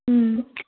ओम